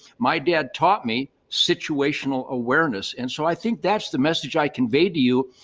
my dad taught me situational awareness. and so i think that's the message i conveyed to you.